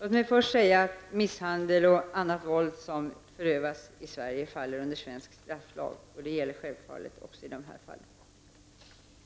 Låt mig först säga att misshandel och annat våld som förövas i Sverige faller under svensk strafflag. Det gäller självfallet också i dessa fall.